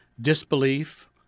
disbelief